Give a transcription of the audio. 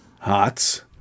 Hots